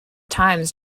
times